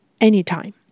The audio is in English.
anytime